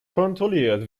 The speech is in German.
kontrolliert